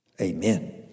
amen